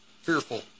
fearful